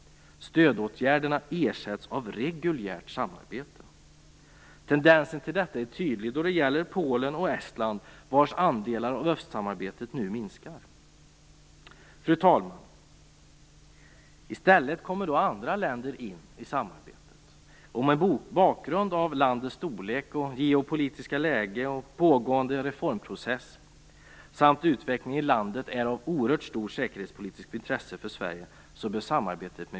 Stödåtgärderna ersätts av reguljärt samarbete. Tendensen till detta är tydlig då det gäller Polen och Estland, vars andelar av östsamarbetet nu minskar. Fru talman! I stället kommer andra länder in i samarbetet. Samarbetet med Ukraina bör äga prioritet, mot bakgrund av att landets storlek, geopolitiska läge och pågående reformprocess samt utvecklingen i landet är av oerhört stort säkerhetspolitiskt intresse för Sverige.